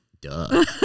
Duh